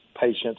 patients